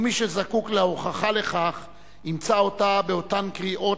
ומי שזקוק להוכחה לכך ימצא אותה באותן קריאות